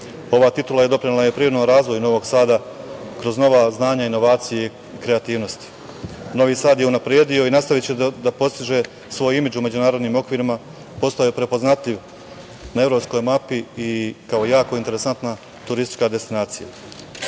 Ova titula doprinela je privrednom razvoju Novog Sada kroz nova znanja, inovacije i kreativnosti. Novi Sad je unapredio i nastaviće da postiže svoj imidž u međunarodnim okvirima. Postao je prepoznatljiv na evropskoj mapi i kao jako interesantna turistička destinacija. Od